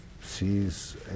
sees